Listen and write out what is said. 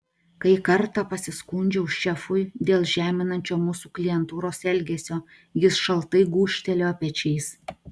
kai kartą pasiskundžiau šefui dėl žeminančio mūsų klientūros elgesio jis šaltai gūžtelėjo pečiais